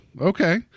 okay